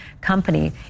company